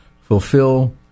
fulfill